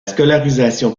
scolarisation